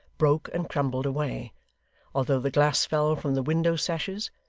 broke and crumbled away although the glass fell from the window-sashes,